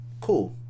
Cool